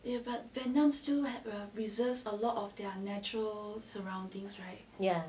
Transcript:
ya